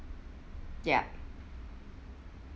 ya